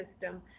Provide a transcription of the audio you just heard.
system